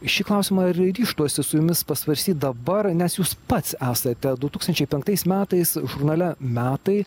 šį klausimą ryžtuosi su jumis pasvarstyt dabar nes jūs pats esate du tūkstančiai penktais metais žurnale metai